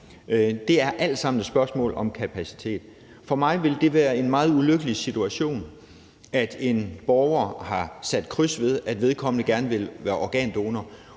Det er alt sammen et spørgsmål om kapacitet. For mig vil det være en meget ulykkelig situation, hvis en borger har sat kryds ved, at vedkommende gerne vil være organdonor,